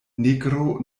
negro